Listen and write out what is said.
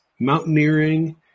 mountaineering